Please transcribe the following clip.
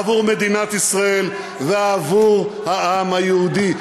עבור מדינת ישראל ועבור העם היהודי.